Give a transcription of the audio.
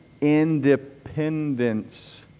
independence